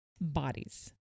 bodies